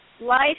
Life